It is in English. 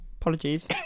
apologies